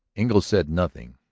engle said nothing.